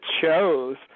chose